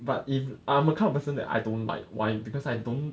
but if I'm the kind of person that I don't like why because I don't